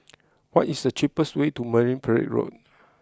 what is the cheapest way to Marine Parade Road